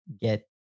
get